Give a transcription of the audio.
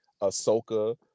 ahsoka